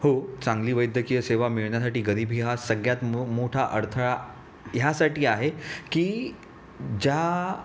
हो चांगली वैद्यकीय सेवा मिळण्यासाठी गरिबी हा सगळ्यात मो मोठा अडथळा ह्यासाठी आहे की ज्या